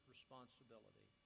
responsibility